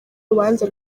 urubanza